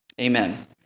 Amen